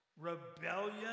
rebellion